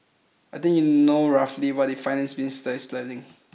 I think you know roughly what the finance minister is planning